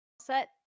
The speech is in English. set